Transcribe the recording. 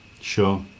Sure